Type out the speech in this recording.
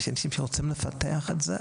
ויש אנשים שרוצים לפתח את זה,